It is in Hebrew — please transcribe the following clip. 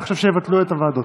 אני חושב שיבטלו את הוועדות.